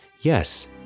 Yes